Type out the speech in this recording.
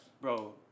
bro